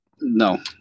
No